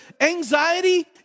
anxiety